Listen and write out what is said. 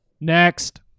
Next